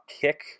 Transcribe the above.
kick